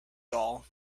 doll